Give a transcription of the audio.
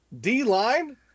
D-line